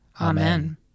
Amen